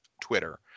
Twitter